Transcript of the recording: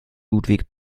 ludwig